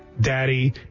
Daddy